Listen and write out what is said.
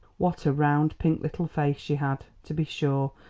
what a round, pink little face she had, to be sure,